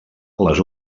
les